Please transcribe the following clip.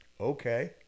Okay